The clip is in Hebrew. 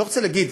לא רוצה להגיד,